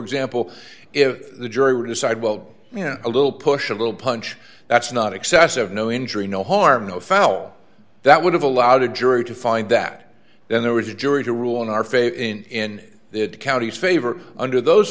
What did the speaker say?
example if the jury would decide well you know a little push a little punch that's not excessive no injury no harm no foul that would have allowed a jury to find that there was a jury to rule in our favor in their counties favor under those